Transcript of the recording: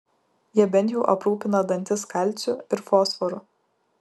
jie bent jau aprūpina dantis kalciu ir fosforu